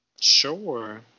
Sure